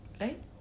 right